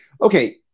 okay